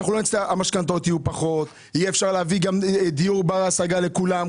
המשכנתאות יהיו פחות ואפשר יהיה להביא דיור בר השגה לכולם.